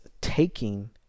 taking